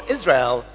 Israel